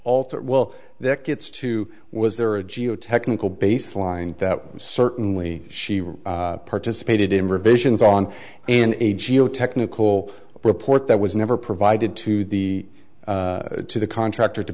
alter well that gets to was there a geotechnical baseline that certainly she participated in revisions on and a geo technical report that was never provided to the to the contractor to